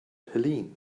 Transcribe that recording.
helene